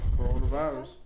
coronavirus